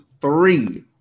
three